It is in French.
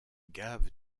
gave